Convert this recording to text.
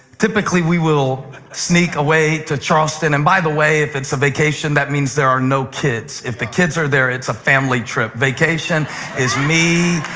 typically we will sneak away to charleston. and by the way, if it's a vacation, that means there are no kids. if the kids are there it's a family trip. vacation is holly, me,